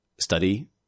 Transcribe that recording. study